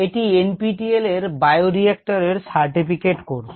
এটি NPTEL এর bioreactor এর সার্টিফিকেট কোর্স